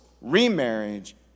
remarriage